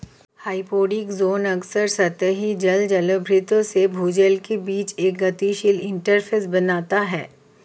hyporheic zone अक्सर सतही जल जलभृतों से भूजल के बीच एक गतिशील इंटरफ़ेस बनाता है